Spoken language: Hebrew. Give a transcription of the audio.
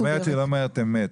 את אומרת שהיא לא אומרת אמת,